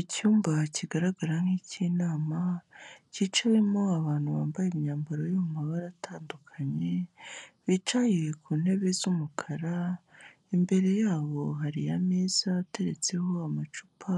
Icyumba kigaragara nk'iy'inama cyicayemo abantu bambaye imyambaro yo mu mabara atandukanye bicaye ku ntebe z'umukara, imbere yabo hari ameza ateretseho amacupa